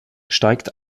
steigt